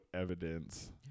evidence